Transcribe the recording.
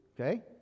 Okay